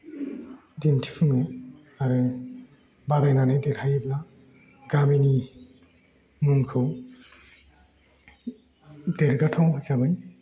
दिन्थिफुङो आरो बादायनानै देखायोब्ला गामिनि मुंखौ देरगाथाव हिसाबै